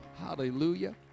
Hallelujah